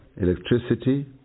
electricity